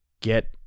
get